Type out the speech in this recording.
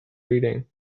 reading